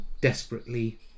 desperately